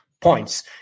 points